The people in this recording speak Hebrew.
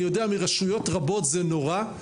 אני יודע מרשויות רבות שזה נורא.